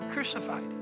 crucified